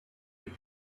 with